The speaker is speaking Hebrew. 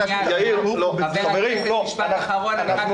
עשר